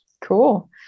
cool